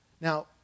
Now